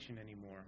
anymore